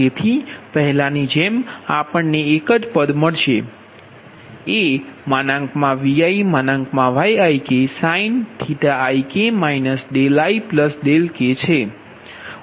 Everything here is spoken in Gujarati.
તેથી પહેલાની જેમ આપણને એક જ પદ મળશે એ ViYiksin⁡ik ik છે